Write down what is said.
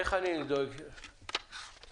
איך אני דואג שייפרסו שם סיבים?